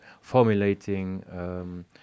formulating